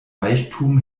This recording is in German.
reichtum